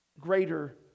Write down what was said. greater